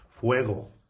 Fuego